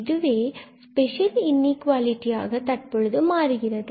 இதுவே special inequality ஆக தற்பொழுது மாறுகிறது